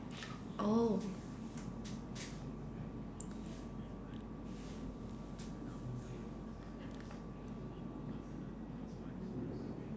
oh